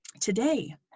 today